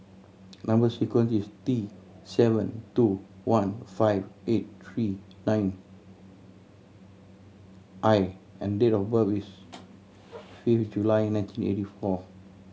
number sequence is T seven two one five eight three nine I and date of birth is fifth July nineteen eighty four